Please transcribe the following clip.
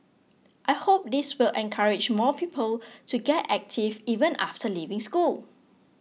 I hope this will encourage more people to get active even after leaving school